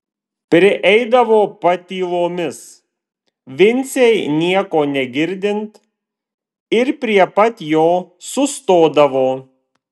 prieidavo patylomis vincei nieko negirdint ir prie pat jo sustodavo